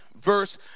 verse